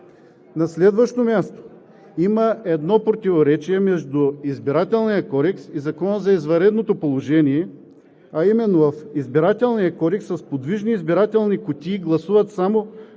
На следващо място, има едно противоречие между Изборния кодекс и Закона за извънредното положение, а именно: в Изборния кодекс с подвижни избирателни кутии гласуват само